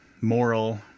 moral